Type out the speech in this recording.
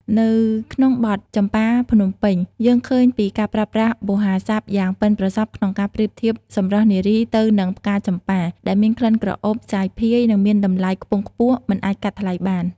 នៅក្នុងបទ "ចំប៉ាភ្នំពេញ" យើងឃើញពីការប្រើប្រាស់វោហារស័ព្ទយ៉ាងប៉ិនប្រសប់ក្នុងការប្រៀបធៀបសម្រស់នារីទៅនឹងផ្កាចំប៉ា ដែលមានក្លិនក្រអូបសាយភាយ និងមានតម្លៃខ្ពង់ខ្ពស់មិនអាចកាត់ថ្លៃបាន។